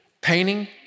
Painting